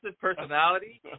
personality